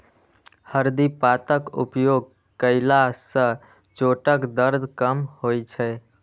हरदि पातक उपयोग कयला सं चोटक दर्द कम होइ छै